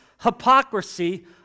hypocrisy